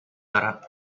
دارم